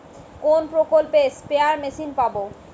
কোন প্রকল্পে spare machine পাব?